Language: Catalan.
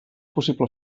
possible